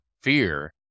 fear